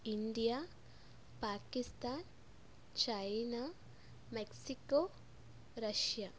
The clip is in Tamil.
India Pakistan China Mexico Russia